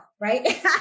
right